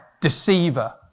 deceiver